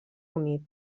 unit